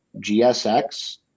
GSX